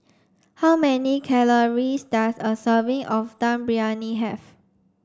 how many calories does a serving of Dum Briyani have